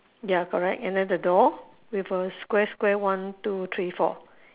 ya correct and then the door with a square square one two three four